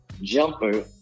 jumper